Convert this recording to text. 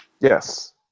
yes